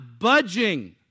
budging